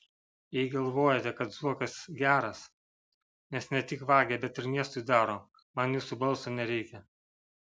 jei galvojate kad zuokas geras nes ne tik vagia bet ir miestui daro man jūsų balso nereikia